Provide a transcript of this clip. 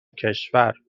کشور